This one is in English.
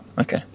okay